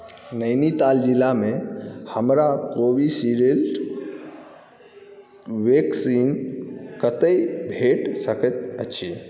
नैनीताल जिलामे हमरा Covishield vaccine कतय भेट सकैत अछि